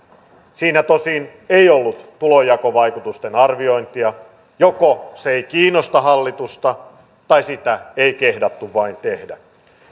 siinä tosin ei ollut tulonjakovaikutusten arviointia joko se ei kiinnosta hallitusta tai sitä ei vain kehdattu tehdä